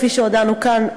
כפי שהודענו כאן,